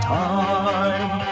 time